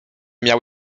miał